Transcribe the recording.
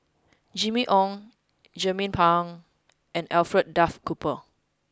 Jimmy Ong Jernnine Pang and Alfred Duff Cooper